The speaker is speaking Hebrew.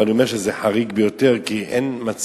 ואני אומר שזה חריג ביותר,